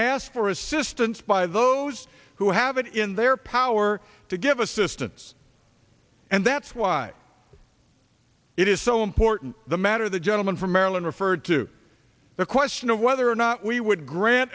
ask for assistance by those who have it in their power to give assistance and that's why it is so important the matter the gentleman from maryland referred to the question of whether or not we would grant